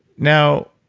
now,